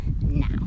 now